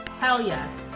hell yes.